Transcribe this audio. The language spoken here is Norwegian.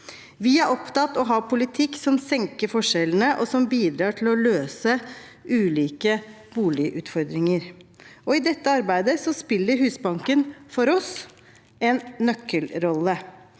Vi er opptatt av å ha en politikk som senker forskjellene, og som bidrar til å løse ulike boligutfordringer. I dette arbeidet spiller Husbanken for oss en nøkkelrolle.